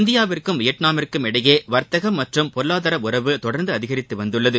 இந்தியாவிற்கும் வியட்நாமிற்கும் இடையே வர்த்தகம் மற்றும் பொருளாதார உறவு தொடர்ந்து அதிகரித்து வந்துள்ளது